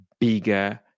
bigger